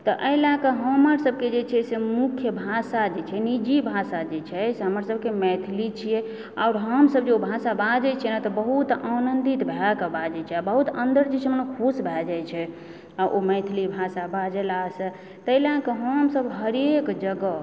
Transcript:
तऽ एहि लए कऽ हमर सबहक जे छै से मुख्य भाषा जे छै निजी भाषा जे छै से हमर सबहक मैथिली छियै आओर हमसब जे ओ भाषा बाजै छियै ने तऽ बहुत आनंदित भए कऽ बाजए छियै बहुत अन्दर जे छै से खुश भए जाइत छै आ ओ मैथिली भाषा बजलासंँ ताहिके लए कऽ हमसब हरेक जगह